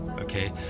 okay